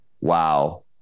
wow